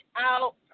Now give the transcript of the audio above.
out